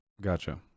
Gotcha